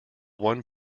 one